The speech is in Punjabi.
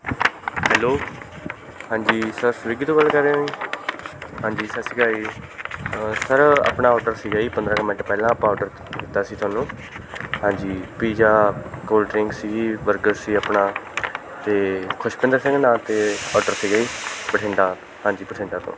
ਹੈਲੋ ਹਾਂਜੀ ਸਰ ਸਵਿਗੀ ਤੋਂ ਗੱਲ ਕਰ ਰਹੇ ਆ ਜੀ ਹਾਂਜੀ ਸਤਿ ਸ਼੍ਰੀ ਅਕਾਲ ਜੀ ਸਰ ਆਪਣਾ ਔਡਰ ਸੀਗਾ ਜੀ ਪੰਦਰ੍ਹਾਂ ਕੁ ਮਿੰਟ ਪਹਿਲਾਂ ਆਪਾਂ ਔਡਰ ਕੀਤਾ ਸੀ ਤੁਹਾਨੂੰ ਹਾਂਜੀ ਪੀਜ਼ਾ ਕੋਲਡ ਡਰਿੰਕ ਸੀ ਬਰਗਰ ਸੀ ਆਪਣਾ ਅਤੇ ਖੁਸ਼ਪਿੰਦਰ ਸਿੰਘ ਨਾਂ 'ਤੇ ਔਡਰ ਸੀਗਾ ਜੀ ਬਠਿੰਡਾ ਹਾਂਜੀ ਬਠਿੰਡਾ ਤੋਂ